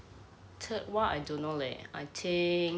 third [one] I don't know leh I think